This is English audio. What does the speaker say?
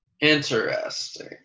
interesting